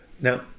now